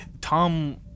Tom